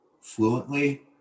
fluently